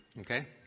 okay